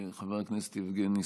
חבר הכנסת יבגני סובה,